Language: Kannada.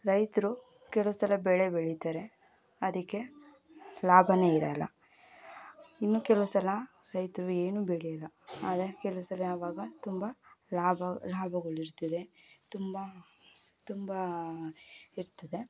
ರೈತರು ಕೆಲವು ಸಲ ಬೆಳೆ ಬೆಳೀತಾರೆ ಅದಕ್ಕೆ ಲಾಭವೇ ಇರೋಲ್ಲ ಇನ್ನು ಕೆಲವು ಸಲ ರೈತರು ಏನು ಬೆಳೆಯೋಲ್ಲ ಆದರೆ ಕೆಲವು ಸಲ ಅವಾಗ ತುಂಬ ಲಾಭ ಲಾಭಗಳಿರ್ತದೆ ತುಂಬ ತುಂಬ ಇರ್ತದೆ